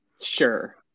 sure